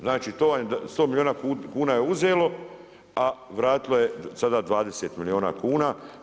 Znači to vam je, 100 milijuna kuna je uzelo a vratilo je sada 20 milijuna kuna.